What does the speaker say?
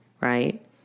Right